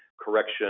correction